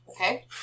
Okay